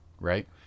Right